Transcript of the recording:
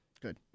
Good